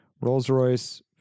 Rolls-Royce